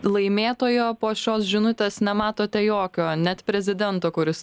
laimėtojo po šios žinutės nematote jokio net prezidento kuris